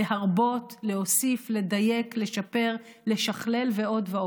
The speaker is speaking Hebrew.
להרבות, להוסיף, לדייק, לשפר, לשכלל ועוד.